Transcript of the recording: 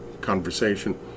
conversation